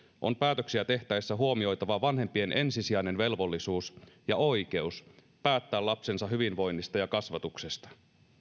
on päätöksiä tehtäessä huomioitava vanhempien ensisijainen velvollisuus ja oikeus päättää lapsensa hyvinvoinnista ja kasvatuksesta